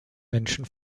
menschen